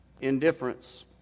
indifference